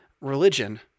religion